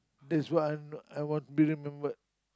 this one I want be remembered